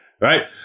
Right